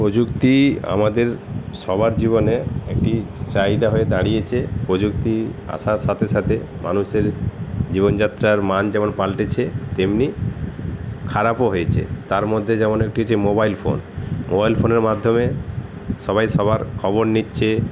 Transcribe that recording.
প্রযুক্তি আমাদের সবার জীবনের একটি চাহিদা হয়ে দাঁড়িয়েছে প্রযুক্তি আসার সাথে সাথে মানুষের জীবনযাত্রার মান যেমন পাল্টেছে তেমনি খারাপও হয়েছে তার মধ্যে যেমন একটি হচ্ছে মোবাইল ফোন মোবাইল ফোনের মাধ্যমে সবাই সবার খবর নিচ্ছে